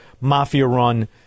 mafia-run